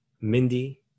Mindy